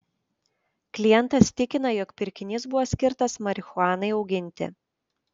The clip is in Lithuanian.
klientas tikina jog pirkinys buvo skirtas marihuanai auginti